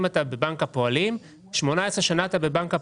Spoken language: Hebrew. אם אתה בבנק הפועלים 18 שנה אתה בבנק הפועלים,